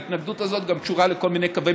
ההתנגדות הזאת גם קשורה לכל מיני קווי